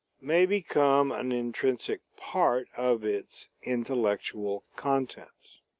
may become an intrinsic part of its intellectual content.